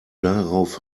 darauf